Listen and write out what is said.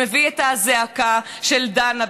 שמביא את הזעקה של דנה,